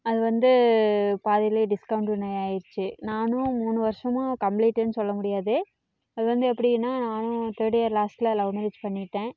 அது வந்து பாதியிலே டிஸ்கண்டினியூ ஆயிடுச்சி நானும் மூணு வருஷமும் கம்ப்ளீட்டுன்னு சொல்ல முடியாது அது வந்து எப்படின்னா நானும் தேர்ட் இயர் லாஸ்ட்ல லவ் மேரேஜ் பண்ணிட்டேன்